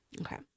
Okay